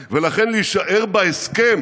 ולכן, להישאר בהסכם